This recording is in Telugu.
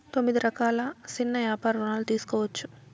తొమ్మిది రకాల సిన్న యాపార రుణాలు తీసుకోవచ్చు